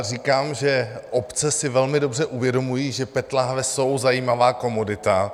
Říkám, že obce si velmi dobře uvědomují, že PET láhve jsou zajímavá komodita.